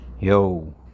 Yo